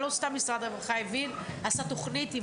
לא סתם משרד הרווחה הבין ועשה תוכנית עם